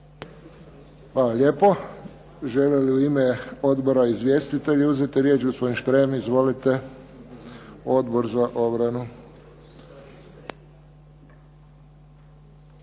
Hvala lijepo. Žele li u ime odbora izvjestitelji uzeti riječ. Gospodin Šprem izvolite. Odbor za obranu.